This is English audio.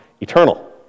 eternal